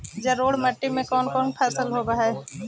जलोढ़ मट्टी में कोन कोन फसल होब है?